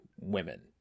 women